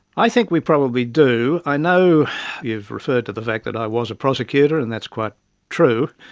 i think we probably do. i know you've referred to the fact that i was a prosecutor and that's quite true,